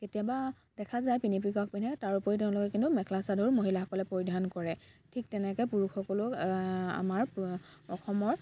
কেতিয়াবা দেখা যায় পিনি পেকক পিন্ধে তাৰোপৰি তেওঁলোকে কিন্তু মেখেলা চাদৰো মহিলাসকলে পৰিধান কৰে ঠিক তেনেকৈ পুৰুষসকলো আমাৰ অসমৰ